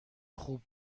خوب